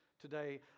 today